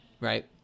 right